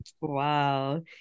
Wow